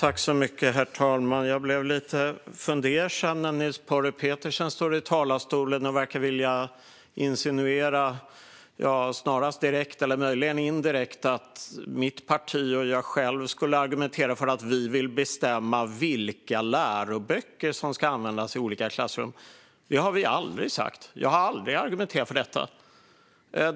Herr talman! Jag blir lite fundersam när Niels Paarup-Petersen i talarstolen verkar insinuera direkt eller möjligen indirekt att jag själv och mitt parti argumenterar för att vi vill bestämma vilka läroböcker som ska användas i olika klassrum. Det har vi aldrig sagt. Jag har aldrig argumenterat för det.